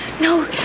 No